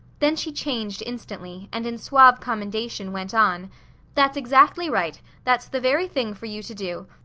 then she changed instantly, and in suave commendation went on that's exactly right. that's the very thing fer you to do.